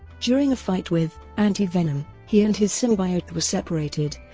during a fight with anti-venom, he and his symbiote were separated,